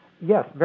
Yes